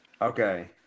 Okay